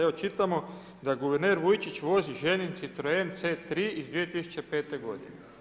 Evo čitamo da guverner Vujčić, vozi ženin citroen C3 iz 2005. godine.